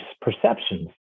perceptions